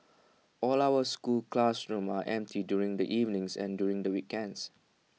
all our school classrooms are empty during the evenings and during the weekends